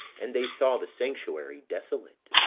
and they saw the sanctuary desolate,